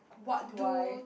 what do I